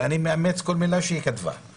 אני מאמץ כל מילה שהיא כתבה.